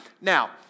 Now